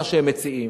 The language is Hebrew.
מה שהם מציעים.